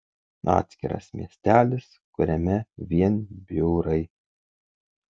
atskiras miestelis kuriame vien biurai